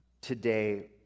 today